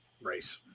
race